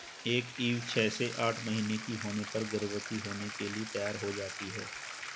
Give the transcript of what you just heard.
एक ईव छह से आठ महीने की होने पर गर्भवती होने के लिए तैयार हो जाती है